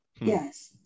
yes